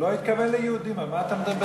הוא לא התכוון ליהודים, על מה אתה מדבר?